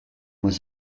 was